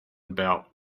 about